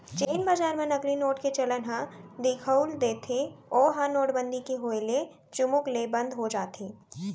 जेन बजार म नकली नोट के चलन ह दिखउल देथे ओहा नोटबंदी के होय ले चुमुक ले बंद हो जाथे